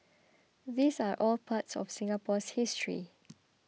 these are all parts of Singapore's history